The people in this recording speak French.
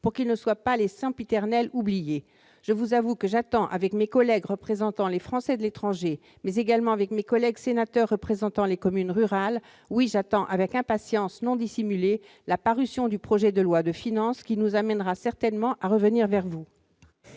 pour qu'ils ne soient pas les sempiternels oubliés. Je vous avoue que j'attends, avec mes collègues représentant les Français de l'étranger comme avec mes collègues sénateurs représentant les communes rurales, oui, j'attends avec une impatience non dissimulée la parution du projet de loi de finances, qui nous amènera certainement à revenir vers vous.